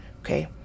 okay